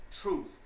truth